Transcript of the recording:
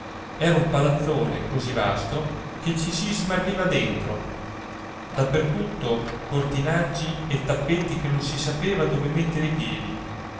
era un palazzone così vasto che ci si smarriva dentro da per tutto cortinaggi e tappeti che non si sapeva dove mettere i piedi